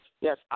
yes